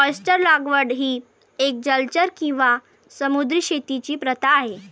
oyster लागवड ही एक जलचर किंवा समुद्री शेतीची प्रथा आहे